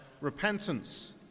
repentance